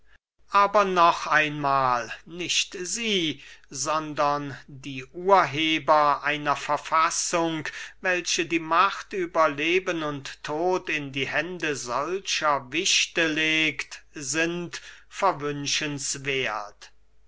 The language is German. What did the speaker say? aber noch einmahl nicht sie sondern die urheber einer verfassung welche die macht über leben und tod in die hände solcher wichte legt sind